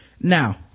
Now